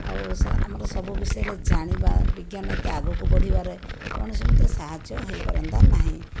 ଆଉ ସ ଆମର ସବୁ ବିଷୟରେ ଜାଣିବା ବିଜ୍ଞାନ ଏତେ ଆଗକୁ ବଢ଼ିବାରେ କୌଣସି ମୋତେ ସାହାଯ୍ୟ ହୋଇପାରନ୍ତା ନାହିଁ